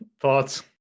thoughts